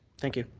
thank you.